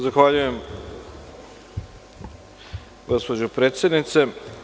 Zahvaljujem, gospođo predsednice.